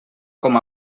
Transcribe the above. com